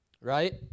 Right